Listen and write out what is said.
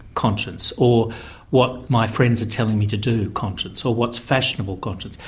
conscience, or what my friends are telling me to do conscience, or what's fashionable conscience.